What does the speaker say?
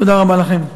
תודה רבה לכם.